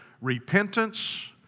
Repentance